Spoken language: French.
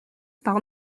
par